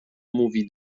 mówi